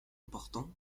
importants